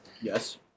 Yes